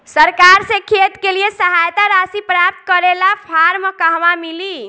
सरकार से खेत के लिए सहायता राशि प्राप्त करे ला फार्म कहवा मिली?